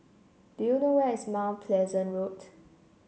do you know where is Mount Pleasant Road